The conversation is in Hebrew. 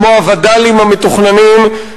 כמו הווד"לים המתוכננים,